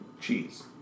cheese